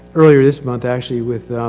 earlier this month actually, with,